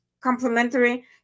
complementary